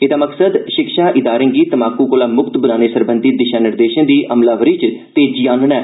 एहदा मकसद शिक्षा इदारे गी तम्बाकू कोला मुक्त बनाने सरबंधी दिशा निर्देशें दी अमलावरी च तेजी आहनना ऐ